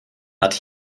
hat